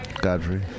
Godfrey